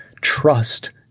trust